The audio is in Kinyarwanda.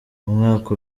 umwaka